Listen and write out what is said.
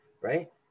right